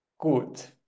gut